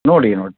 ನೋಡಿ ನೋಡಿ